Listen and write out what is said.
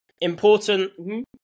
Important